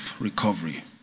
recovery